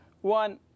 One